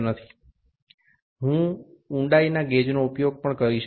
আমি এটির জন্য গভীরতা মাপক ব্যবহার করতে পারি